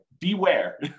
beware